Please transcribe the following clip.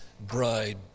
bride